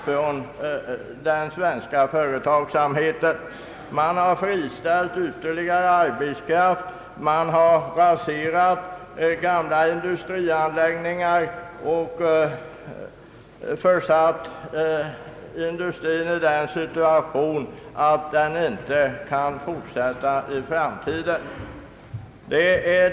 Arbetskraft har friställts, gamla industrianläggningar har raserats och industrin har försatts i den situationen att den inte kan fortsätta sin verksamhet.